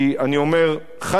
אני אומר חד-משמעית,